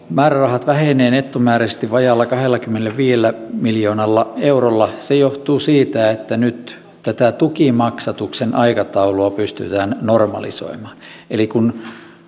määrärahat vähenevät nettomääräisesti vajaalla kahdellakymmenelläviidellä miljoonalla eurolla se johtuu siitä että nyt tätä tukimaksatuksen aikataulua pystytään normalisoimaan eli kun